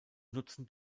nutzen